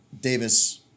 Davis